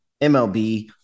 MLB